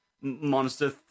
monster